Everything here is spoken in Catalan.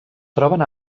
troben